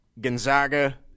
Gonzaga